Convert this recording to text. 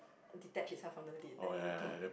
detach itself from lid then you know poom